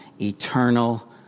Eternal